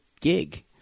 gig